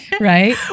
Right